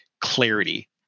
clarity